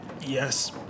Yes